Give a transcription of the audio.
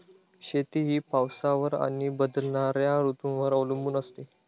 शेती ही पावसावर आणि बदलणाऱ्या ऋतूंवर अवलंबून असते